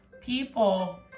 people